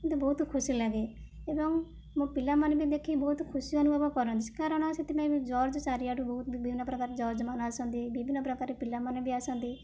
ମୋତେ ବହୁତ ଖୁସି ଲାଗେ ଏବଂ ମୋ ପିଲାମାନେ ବି ଦେଖି ବହୁତ ଖୁସି ଅନୁଭବ କରନ୍ତି କାରଣ ସେଥିପାଇଁ ଜର୍ଜ ଚାରିଆଡ଼ୁ ବହୁତ ବିଭିନ୍ନପ୍ରକାର ଜର୍ଜମାନେ ଆସନ୍ତି ବିଭିନ୍ନପ୍ରକାର ପିଲାମାନେ ବି ଆସନ୍ତି